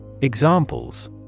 Examples